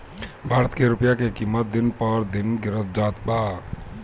भारत के रूपया के किमत दिन पर दिन गिरत जात बा